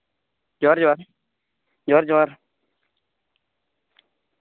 ᱡᱚᱦᱟᱨ ᱡᱚᱦᱟᱨ ᱡᱚᱦᱟᱨ ᱡᱚᱦᱟᱨ